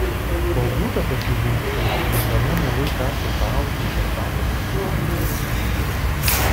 kol būta tokių vilčių jie gana mielai kasė paausius ar pakaklę kaimynui peniukšliui